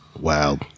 Wow